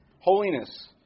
Holiness